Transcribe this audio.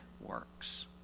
works